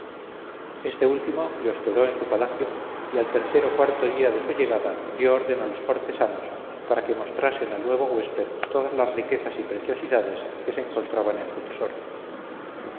este último le hospedó en su palacio y al tercer o cuarto día de su llegada dio orden a los cortesanos para que mostrasen al nuevo huésped todas las riquezas y preciosidades que se encontraban en su tesoro